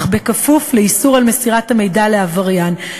אך כפוף לאיסור מסירת המידע לעבריין,